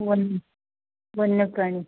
one वन्य प्राणी